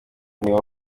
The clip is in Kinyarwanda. niwe